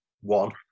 one